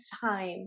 time